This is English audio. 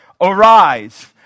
arise